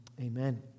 amen